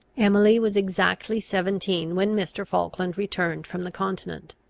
emily was exactly seventeen when mr. falkland returned from the continent.